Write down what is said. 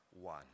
one